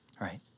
right